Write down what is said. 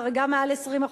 חריגה מעל 20%,